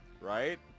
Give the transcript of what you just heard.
right